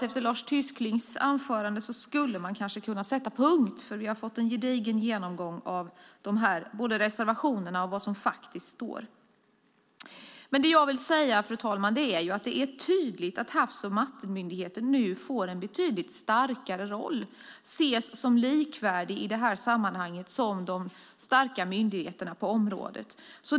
Efter Lars Tysklinds anförande skulle man kanske kunna sätta punkt, för vi har fått en gedigen genomgång av utskottets förslag och reservationerna. Fru talman! Det är tydligt att Havs och vattenmyndigheten får en betydligt starkare roll och ses som likvärdig i sammanhanget med övriga myndigheter på detta område.